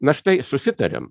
na štai susitarėm